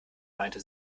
meinte